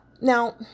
Now